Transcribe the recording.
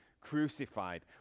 crucified